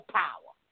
power